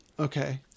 Okay